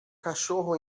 cachorro